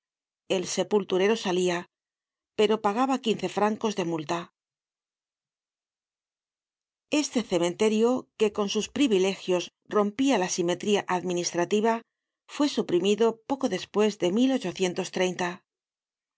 el sepulturero salia pero pagaba quince francos de multa content from google book search generated at este cementerio que con sus privilegios rompia la simetría administrativa fue suprimido poco despues de